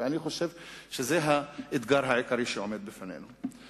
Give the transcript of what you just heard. ואני חושב שזה האתגר העיקרי שעומד בפנינו.